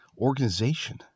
organization